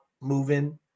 moving